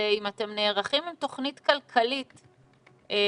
אם אתם נערכים עם תכנית כלכלית כפיצוי.